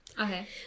Okay